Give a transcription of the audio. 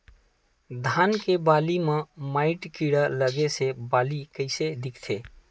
धान के बालि म माईट कीड़ा लगे से बालि कइसे दिखथे?